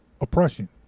oppression